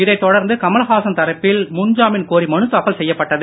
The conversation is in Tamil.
இதை தொடர்ந்து கமல்ஹாசன் தரப்பில் முன்ஜாமின் கோரி மனு தாக்கல் செய்யப்பட்டது